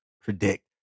Predict